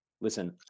listen